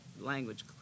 language